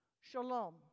Shalom